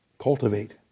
cultivate